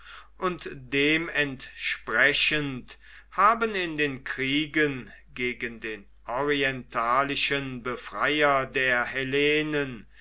und dementsprechend haben in den kriegen gegen den orientalischen befreier der hellenen